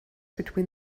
between